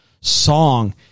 song